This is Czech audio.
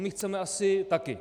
To chceme asi taky.